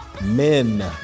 Men